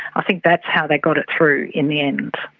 i think that's how they got it through in the end.